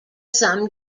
some